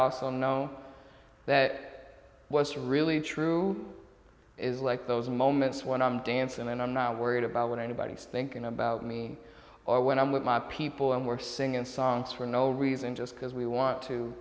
also know that was really true is like those moments when i'm dancin and i'm not worried about what anybody's thinking about me or when i'm with my people and we're singing songs for no reason just because we want to